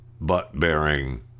butt-bearing